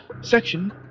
section